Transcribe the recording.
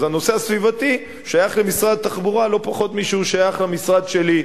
אז הנושא הסביבתי שייך למשרד התחבורה לא פחות משהוא שייך למשרד שלי.